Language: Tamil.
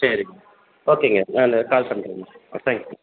சரி ஓகேங்க நான் கால் பண்ணுறேங்க தேங்க் யூ